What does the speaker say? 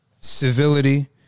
civility